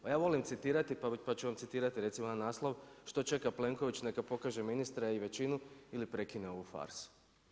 Pa ja volim citirati pa ću vam citirati recimo jedan naslov „Što čega Plenković neka pokaže ministre i većinu ili prekine ovu farsu“